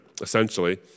essentially